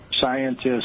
scientists